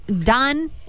done